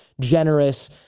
generous